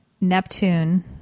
Neptune